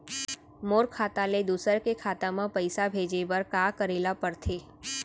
मोर खाता ले दूसर के खाता म पइसा भेजे बर का करेल पढ़थे?